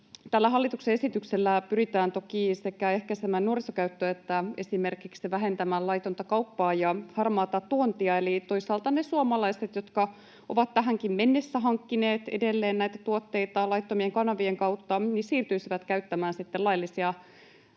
hallituksen esityksellä pyritään toki sekä ehkäisemään nuorisokäyttöä että esimerkiksi sitten vähentämään laitonta kauppaa ja harmaata tuontia. Eli toisaalta ne suomalaiset, jotka ovat tähänkin mennessä hankkineet edelleen näitä tuotteita laittomien kanavien kautta, siirtyisivät käyttämään sitten laillisia